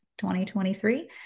2023